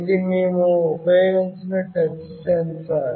ఇది మేము ఉపయోగించిన టచ్ సెన్సార్